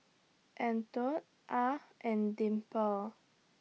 Antione Ah and Dimple